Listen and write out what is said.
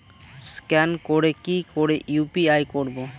Scan করে কি করে ইউ.পি.আই করবো?